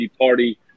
party